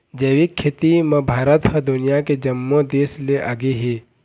जैविक खेती म भारत ह दुनिया के जम्मो देस ले आगे हे